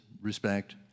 respect